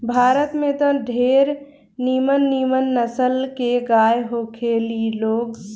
भारत में त ढेरे निमन निमन नसल के गाय होखे ली लोग